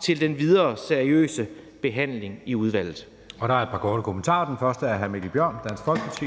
til den videre seriøse behandling i udvalget. Kl. 14:14 Anden næstformand (Jeppe Søe): Der er et par korte kommentarer. Den første er fra hr. Mikkel Bjørn, Dansk Folkeparti. Kl. 14:14